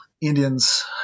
Indians